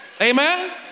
Amen